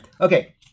Okay